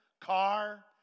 car